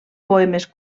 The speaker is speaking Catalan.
poemes